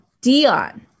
Dion